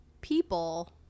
people